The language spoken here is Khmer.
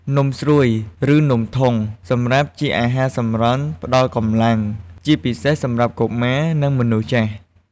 នំស្រួយ ឬនំធុង សម្រាប់ជាអាហារសម្រន់ផ្តល់កម្លាំង ជាពិសេសសម្រាប់កុមារ និងមនុស្សចាស់។